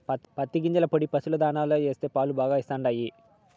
పత్తి గింజల పొడి పశుల దాణాలో వేస్తే పాలు బాగా ఇస్తండాయి